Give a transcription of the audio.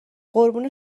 قربون